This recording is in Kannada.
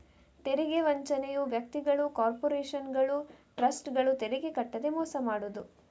ತೆರಿಗೆ ವಂಚನೆಯು ವ್ಯಕ್ತಿಗಳು, ಕಾರ್ಪೊರೇಷನುಗಳು, ಟ್ರಸ್ಟ್ಗಳು ತೆರಿಗೆ ಕಟ್ಟದೇ ಮೋಸ ಮಾಡುದು